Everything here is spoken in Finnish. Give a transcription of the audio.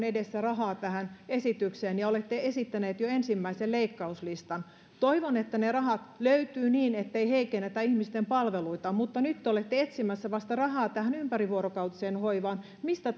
edessä rahaa tähän esitykseen ja olette esittäneet jo ensimmäisen leikkauslistan toivon että ne rahat löytyvät niin ettei heikennetä ihmisten palveluita mutta nyt te olette etsimässä rahaa vasta tähän ympärivuorokautiseen hoivaan mistä